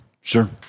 Sure